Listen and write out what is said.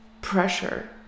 pressure